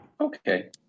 Okay